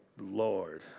Lord